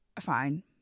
fine